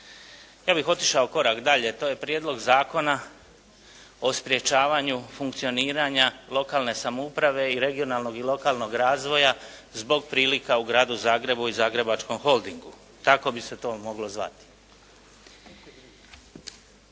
Ja bih otišao korak dalje to je prijedlog zakona o sprječavanju funkcioniranja lokalne samouprave i regionalnog i lokalnog razvoja zbog prilika u Gradu Zagrebu i Zagrebačkom holdingu. Tako bi se to moglo zvati.